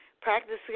practicing